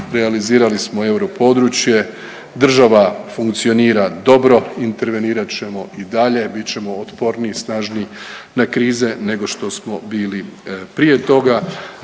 realizirali smo euro područje, država funkcionira dobro intervenirat ćemo i dalje, bit ćemo otporniji, snažniji na krize nego što smo bili prije toga.